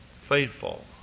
Faithful